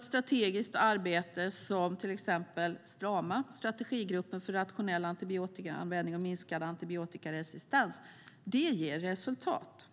Strategiskt arbete i enlighet med Stramas, Strategigruppen för rationell antibiotikaanvändning och minskad antibiotikaresistens, arbete ger resultat.